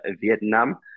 Vietnam